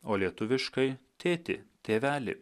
o lietuviškai tėti tėveli